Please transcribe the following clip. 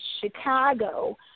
Chicago